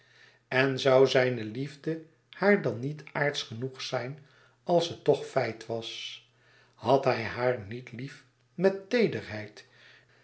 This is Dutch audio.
en zoû zijne liefde haar dan niet aardsch genoeg zijn als ze toch feit was had hij haar niet lief met